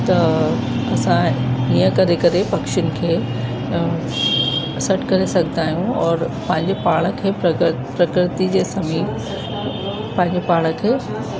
त असां इअं करे करे पखियुनि खे सॾु करे सघंदा आहियूं और पंहिंजे पाण खे प्रकर प्रकृति जे समीप पंहिंजो पाण खे